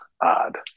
odd